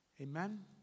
Amen